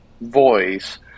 voice